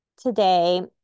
today